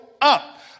up